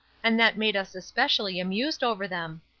and that made us specially amused over them.